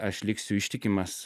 aš liksiu ištikimas